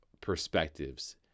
perspectives